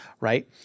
Right